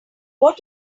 what